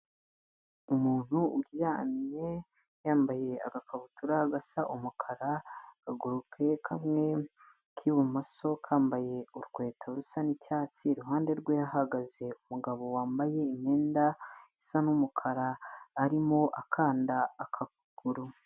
Umuntu uryamye yambaye agakabutura gasa umukara, akaguru ke kamwe k'ibumoso kambaye urukweto rusa n'icyatsi, iruhande rwe hahagaze umugabo wambaye imyenda isa n'umukara arimo akanda akaguru.